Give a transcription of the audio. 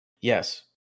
yes